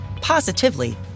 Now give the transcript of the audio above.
positively